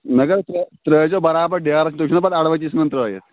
مگر ترٛٲ ترٲیزیو برابر ڈیرَس تُہۍ چھُو نہ پتہٕ اَڑوَتی ژھٕنان ترٲیِتھ